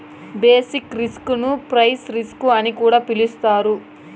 basic risk ను price risk అని కూడా పిలుత్తారు